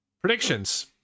Predictions